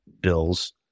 bills